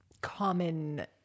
common